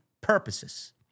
purposes